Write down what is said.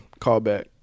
callback